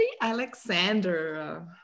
Alexander